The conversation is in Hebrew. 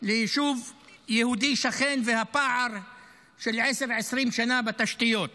ליישוב יהודי שכן והפער של 10, 20 שנה בתשתיות